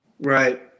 right